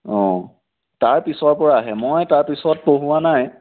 অঁ তাৰ পিছৰ পৰাহে মই তাৰপিছত পঢ়োৱা নাই